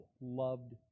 loved